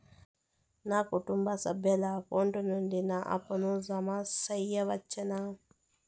నా కుటుంబ సభ్యుల అకౌంట్ నుండి నా అప్పును జామ సెయవచ్చునా?